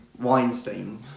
Weinstein